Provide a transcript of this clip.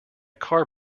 car